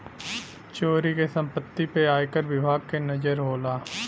चोरी क सम्पति पे आयकर विभाग के नजर होला